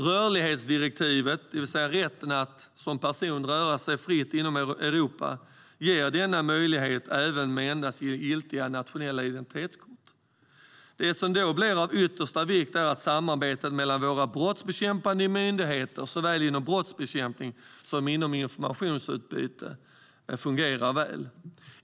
Rörlighetsdirektivet, det vill säga rätten att som person röra sig fritt inom Europa, ger denna möjlighet även med endast giltigt nationellt identitetskort. Det som då blir av yttersta vikt är att samarbetet mellan våra brottsbekämpande myndigheter såväl inom brottsbekämpning som inom informationsutbyte fungerar väl.